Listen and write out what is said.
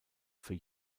für